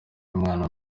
umwana